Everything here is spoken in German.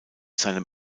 seinem